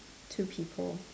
two people